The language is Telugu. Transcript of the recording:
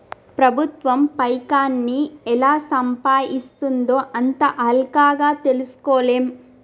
ప్రభుత్వం పైకాన్ని ఎలా సంపాయిస్తుందో అంత అల్కగ తెల్సుకోలేం